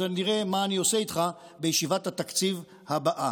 אז נראה מה אני עושה איתך בישיבת התקציב הבאה.